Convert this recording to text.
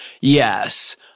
Yes